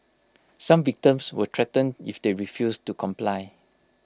some victims were threatened if they refused to comply